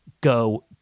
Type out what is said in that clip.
Go